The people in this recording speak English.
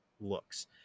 looks